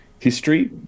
history